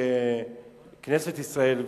ככנסת ישראל,